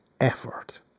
effort